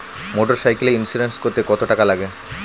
মোটরসাইকেলের ইন্সুরেন্স করতে কত টাকা লাগে?